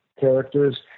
characters